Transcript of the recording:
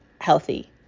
healthy